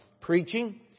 preaching